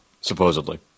supposedly